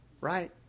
right